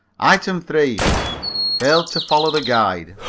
item three failed to follow the guide.